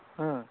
ᱦᱮᱸ